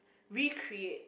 recreate